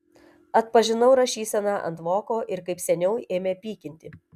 atpažinau rašyseną ant voko ir kaip seniau ėmė pykinti